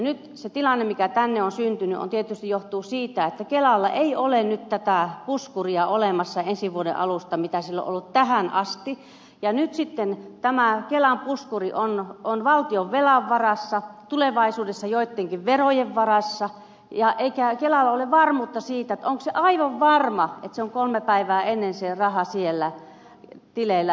se tilanne mikä tänne on syntynyt tietysti johtuu siitä että kelalla ei ole nyt tätä puskuria olemassa ensi vuoden alusta mikä sillä on ollut tähän asti ja nyt sitten tämä kelan puskuri on valtion velan varassa tulevaisuudessa joittenkin verojen varassa eikä kelalla ole varmuutta siitä onko aivan varmaa että se raha on kolme päivää ennen siellä tileillä